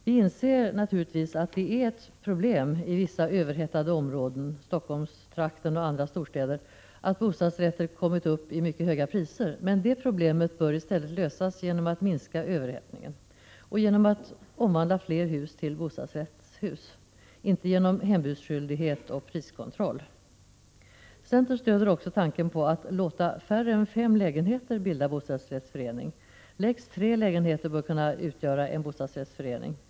Vi inser naturligtvis att det är ett problem i vissa överhettade områden, såsom Stockholmstrakten och andra storstäder, att bostadsrätter kommit upp i mycket höga priser. Men det problemet bör lösas genom att minska överhettningen och genom att omvandla fler hus till bostadsrättshus, inte genom hembudsskyldighet och priskontroll. Centern stöder tanken på att låta färre än fem lägenheter bilda underlag för bostadsrättsförening. Lägst tre lägenheter bör kunna utgöra en bostadsrättsförening.